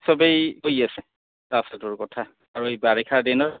চবেই কৈ আছে ৰাস্তাটোৰ কথা আৰু এই বাৰিষাৰ দিনৰ